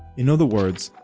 in other words,